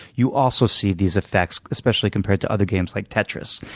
you also see these effects, especially compared to other games like tetris.